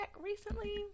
recently